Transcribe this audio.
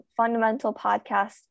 fundamentalpodcast